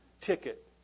ticket